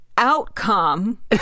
outcome